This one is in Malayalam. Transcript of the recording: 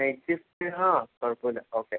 നൈറ്റ് ഷിഫ്റ്റ് ആ കുഴപ്പമില്ല ഓക്കെ